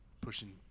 pushing